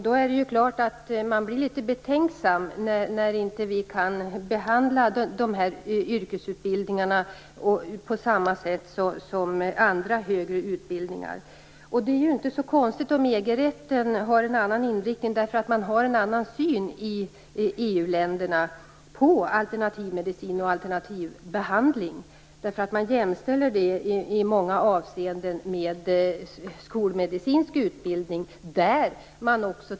Då är det klart att man blir litet betänksam när vi inte kan behandla de här yrkesutbildningarna på samma sätt som andra högre utbildningar. Det är inte så konstigt om EG-rätten har en annan inriktning. Man har ju en annan syn i EU-länderna på alternativmedicin och alternativbehandling. Man jämställer det i många avseenden med skolmedicinsk utbildning.